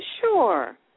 sure